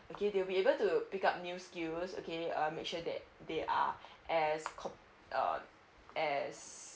okay they will be able to pick up new skills okay um make sure that they are as comp~ uh as